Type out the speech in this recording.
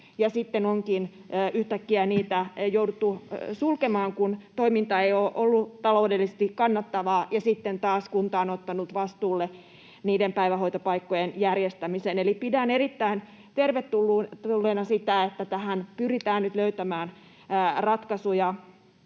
sitten onkin yhtäkkiä niitä jouduttu sulkemaan, kun toiminta ei ole ollut taloudellisesti kannattavaa, ja sitten taas kunta on ottanut vastuulleen niiden päivähoitopaikkojen järjestämisen. Eli pidän erittäin tervetulleena sitä, että tähän pyritään nyt löytämään ratkaisuja.